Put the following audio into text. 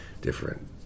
different